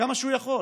כמה שהוא יכול.